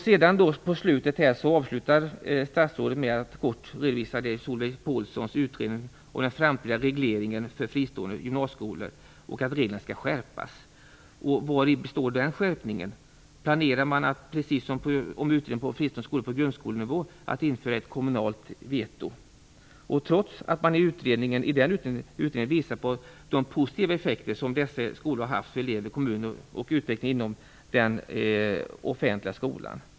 Statsrådet avslutade med att kort redovisa Solveig Paulssons utredning om den framtida regleringen för fristående gymnasieskolor och att reglerna skall skärpas. Vari består den skärpningen? Planerar man för friskolor, precis som på grundskolenivå, att införa ett kommunalt veto, trots att utredningen visar på de positiva effekter som dessa skolor haft för elever, kommuner och för utvecklingen inom den offentliga skolan?